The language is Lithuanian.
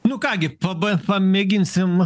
nu ką gi paba pamėginsim